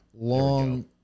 long